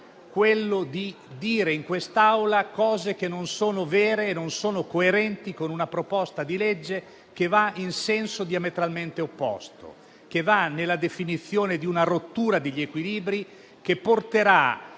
riforme dire in quest'Aula cose non vere e coerenti con una proposta di legge che va in senso diametralmente opposto, che va nella definizione di una rottura degli equilibri, che porterà